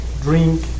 drink